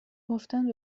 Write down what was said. گفتن